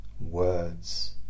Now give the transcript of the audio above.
words